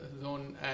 zone